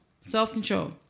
self-control